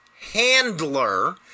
Handler